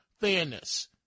fairness